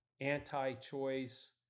anti-choice